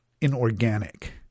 inorganic